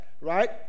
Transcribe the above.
right